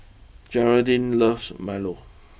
Gearldine loves Milo